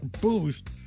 boost